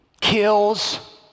kills